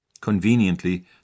Conveniently